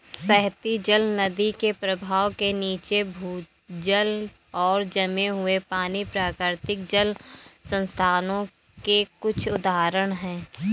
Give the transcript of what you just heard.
सतही जल, नदी के प्रवाह के नीचे, भूजल और जमे हुए पानी, प्राकृतिक जल संसाधनों के कुछ उदाहरण हैं